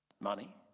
money